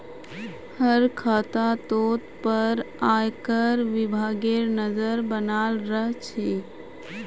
हर खातातोत पर आयकर विभागेर नज़र बनाल रह छे